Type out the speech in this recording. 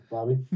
Bobby